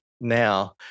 now